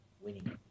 winning